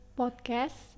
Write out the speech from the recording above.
podcast